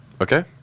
Okay